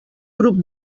grup